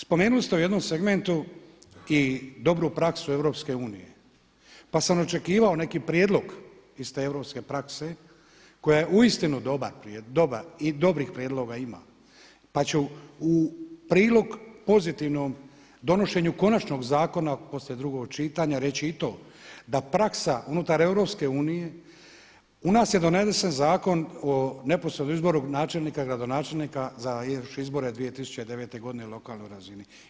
Spomenuli ste u jednom segmentu i dobru praksu EU pa sam očekivao neki prijedlog iz te europske prakse koja je uistinu dobar prijedlog, pa ću u prilog pozitivnom donošenju konačnog zakona poslije drugog čitanja reći i to da praksa unutar EU, u nas je donesen Zakon o neposrednom izboru načelnika i gradonačelnika za još izbore 2009. godine na lokalnoj razini.